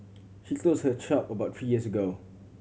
she closed her shop about three years ago